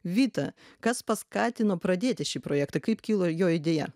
vita kas paskatino pradėti šį projektą kaip kilo jo idėja